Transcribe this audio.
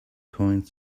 coins